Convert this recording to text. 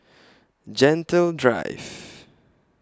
Gentle Drive